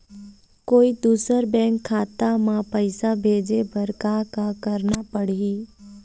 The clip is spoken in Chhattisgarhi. कोई दूसर बैंक खाता म पैसा भेजे बर का का करना पड़ही?